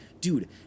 dude